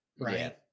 right